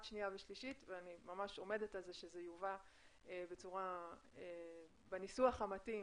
קריאה שנייה ושלישית ואני ממש עומדת על זה שזה יובא בניסוח המתאים